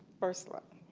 first slide.